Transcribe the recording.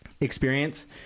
experience